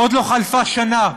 ועוד לא חלפה שנה,